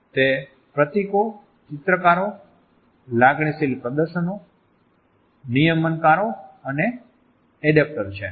તે પ્રતીકો ચિત્રકારો લાગણીશીલ પ્રદર્શનો નિયમનકારો અને adaptor emblems illustrators affective displays regulators Adaptors છે